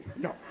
No